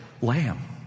lamb